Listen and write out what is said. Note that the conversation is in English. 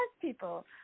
people